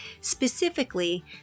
specifically